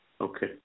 Okay